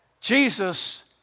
Jesus